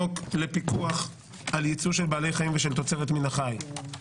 חוק לפיקוח על ייצוא של בעלי חיים ותוצרת מן החי,